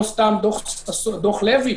לא סתם דוח לוי,